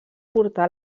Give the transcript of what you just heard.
portar